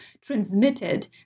transmitted